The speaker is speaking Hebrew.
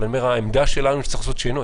אבל העמדה שלנו היא שצריך לעשות שינוי.